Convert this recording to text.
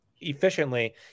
efficiently